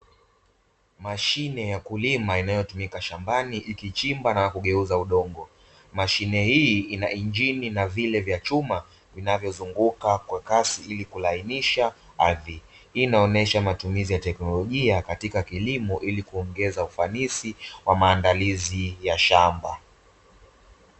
Mashine ya kulima inayotumika shambani ikichimba na kugeuza udongo mashine hii ina injini na vile vya chuma vinavyozunguka kwa kasi ili kulainisha ardhi, hii inaonyesha matumizi ya teknolojia katika kilimo ili kuongeza ufanisi wa maandalizi ya shamba.